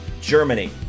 Germany